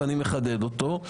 ואני מחדד אותו.